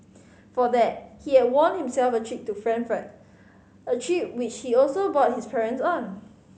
for that he had won himself a trip to Frankfurt a trip which he also brought his parents on